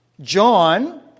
John